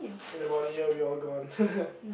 in about a year it will be all gone